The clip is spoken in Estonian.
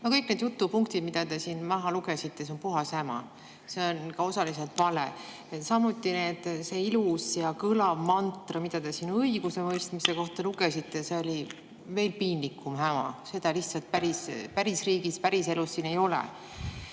kõik need jutupunktid, mida te siin maha lugesite, on puhas häma. Need on ka osaliselt valed. See ilus ja kõlav mantra, mida te siin õigusemõistmise kohta lugesite, oli veel piinlikum häma. Seda lihtsalt päris riigis, päris elus ei